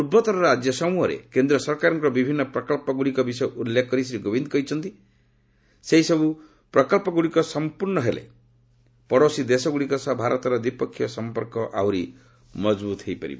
ପୂର୍ବତ୍ତର ରାଜ୍ୟ ସମ୍ଭିହରେ କେନ୍ଦ୍ର ସରକାରଙ୍କର ବିଭିନ୍ନ ପ୍ରକଳ୍ପଗୁଡ଼ିକ ବିଷୟ ଉଲ୍ଲେଖ କରି ଶ୍ରୀ କୋବିନ୍ଦ କହିଛନ୍ତି ସେହିସବୁ ପ୍ରକଳ୍ପଗୁଡ଼ିକ ସମ୍ପର୍ଷ୍ଣ ହେଲେ ପଡ଼ୋଶୀ ଦେଶଗୁଡ଼ିକ ସହ ଭାରତର ଦ୍ୱିପକ୍ଷିୟ ସମ୍ପର୍କ ଆହୁରି ମଜଭୂତ ହୋଇ ପାରିବ